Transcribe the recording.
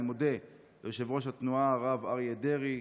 אני מודה ליושב-ראש התנועה הרב אריה דרעי,